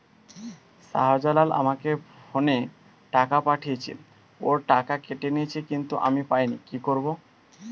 শাহ্জালাল আমাকে ফোনে টাকা পাঠিয়েছে, ওর টাকা কেটে নিয়েছে কিন্তু আমি পাইনি, কি করব?